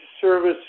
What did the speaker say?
service